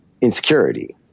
insecurity